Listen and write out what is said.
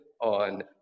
on